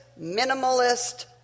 minimalist